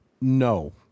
No